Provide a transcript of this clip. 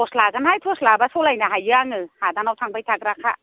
torch लागोनहाय torch लाब्ला सलाइनो हायो आङो हादानाव थांबाय थाग्राखा